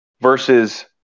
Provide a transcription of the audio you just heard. versus